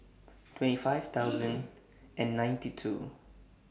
twenty five thousand and ninety two